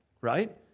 right